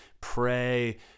Pray